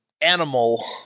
animal